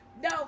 No